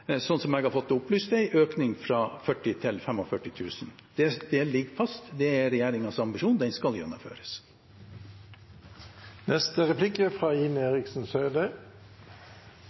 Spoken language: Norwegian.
sånn jeg har fått opplyst, å få en økning fra 40 000 til 45 000. Det ligger fast, det er regjeringens ambisjon, og det skal gjennomføres. Dette er en replikk på oppfordring fra